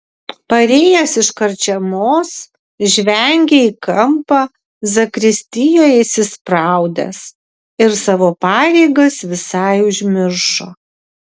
parėjęs iš karčiamos žvengė į kampą zakristijoje įsispraudęs ir savo pareigas visai užmiršo